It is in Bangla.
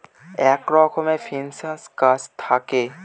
এক রকমের ফিন্যান্স কাজ থাকে